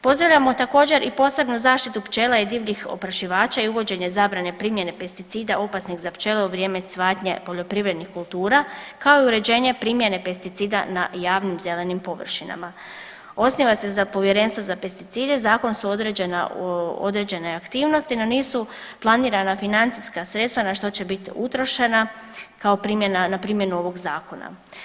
Pozdravljamo također i posebnu zaštitu pčela i divljih oprašivača i uvođenje zabrane primjene pesticida opasnih za pčele u vrijeme cvatnje poljoprivrednih kultura, kao i uređenje primjene pesticida na javnim zelenim površinama, osniva se povjerenstvo za pesticide, zakonom su određene aktivnosti, no nisu planirana financijska sredstva na što će bit utrošena kao primjena, na primjenu ovog zakona.